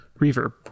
reverb